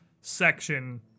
section